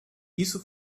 isso